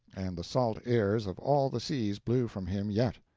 and the salt-airs of all the seas blew from him yet.